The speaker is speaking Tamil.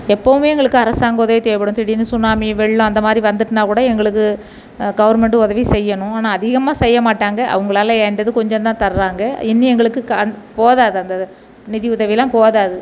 எப்போதுமே எங்களுக்கு அரசாங்க உதவி தேவைப்படும் திடீரென்னு சுனாமி வெள்ளம் அந்த மாதிரி வந்துவிட்ன்னா கூட எங்களுக்கு கவர்மெண்ட்டு உதவி செய்யணும் ஆனால் அதிகமாக செய்யமாட்டாங்க அவங்களால் என்ட்டது கொஞ்சம் தான் தர்றாங்க இன்னும் எங்களுக்கு கண் போதாது அந்த நிதி உதவியெல்லாம் போதாது